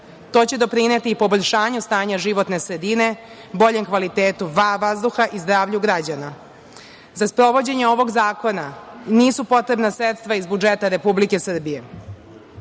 To će doprineti i poboljšanju stanja životne sredine, boljem kvalitetu vazduha i zdravlju građana.Za sprovođenje ovog zakona nisu potrebna sredstva iz budžeta Republike Srbije.